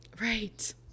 Right